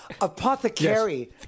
Apothecary